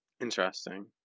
Interesting